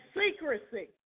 secrecy